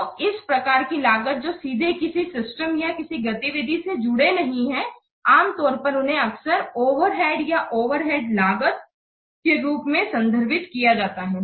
तो इस प्रकार की लागत जो सीधे किसी सिस्टम या किसी गतिविधि से जुड़े नहीं हैं आम तौर पर उन्हें अक्सर ओवरहेड या ओवरहेड लागत के रूप में संदर्भित किया जाता है